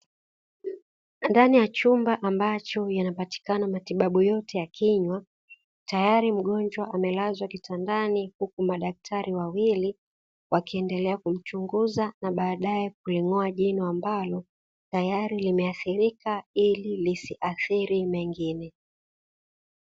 Ndani ya chumba ambapo yanapatikana matibabu yote ya kinywa, tayari mgonjwa amelazwa kitandani huku madaktari wawili wakiendelea kumchunguza na baadaye kuling’oa jino ambalo tayari limeathirika ili lisiathiri mengine.